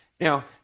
Now